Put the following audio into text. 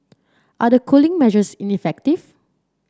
are the cooling measures ineffective